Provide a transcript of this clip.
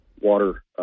water